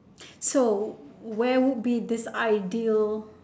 so where would be this ideal